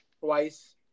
twice